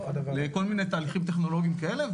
לכל מיני תהליכים טכנולוגיים כאלה,